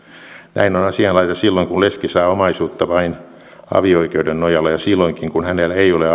näin on asianlaita silloin kun leski saa omaisuutta vain avio oikeuden nojalla ja silloinkin kun hänellä ei ole